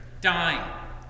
dying